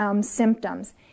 symptoms